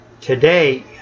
today